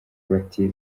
bati